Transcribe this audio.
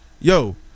Yo